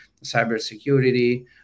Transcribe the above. cybersecurity